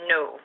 No